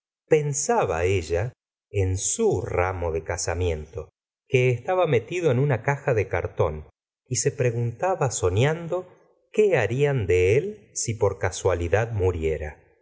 pensaba ella en su ramo de casamiento que estaba metido en una caja de cartón y se preguntaba soñando qué harían de él si por casualidad muriera